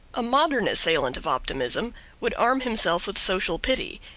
a modern assailant of optimism would arm himself with social pity.